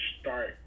start